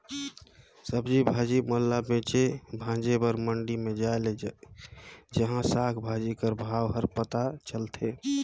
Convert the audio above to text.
सब्जी भाजी मन ल बेचे भांजे बर मंडी में जाए ले उहां साग भाजी कर भाव हर पता चलथे